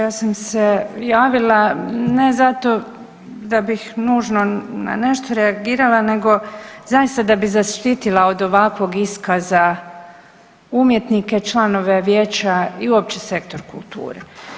Ja sam se javila ne zato da bih nužno na nešto reagirala nego zaista da bih zaštitila od ovakvog iskaza umjetnike, članove vijeća i uopće sektor kulture.